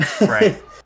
Right